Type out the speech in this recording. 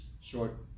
short